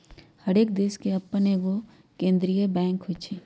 हरेक देश के अप्पन एगो केंद्रीय बैंक होइ छइ